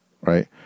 right